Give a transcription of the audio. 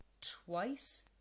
twice